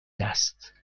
است